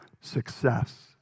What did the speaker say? success